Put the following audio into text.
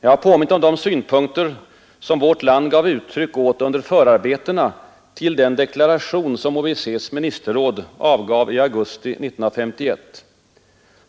Jag har påmint om de synpunkter, som vårt land gav uttryck åt under förarbetena till den deklaration, som OEEC:s ministerråd avgav i augusti 1951.